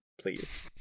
please